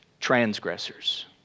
transgressors